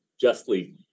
justly